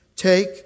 Take